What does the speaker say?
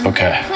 Okay